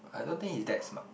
I don't think he is that smart